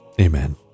Amen